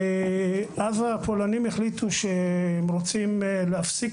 אז הפולנים החליטו שהם רוצים להפסיק